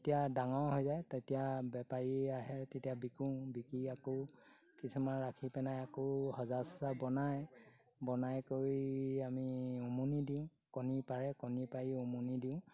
তেতিয়া ডাঙৰ হৈ যায় তেতিয়া বেপাৰী আহে তেতিয়া বিকোঁ বিকি আকৌ কিছুমান ৰাখি পেনাই আকৌ সজা চজা বনাই বনাই কৰি আমি উমনি দিওঁ কণী পাৰে কণী পাৰি উমনি দিওঁ